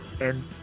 and-